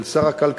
של שר הכלכלה,